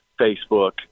Facebook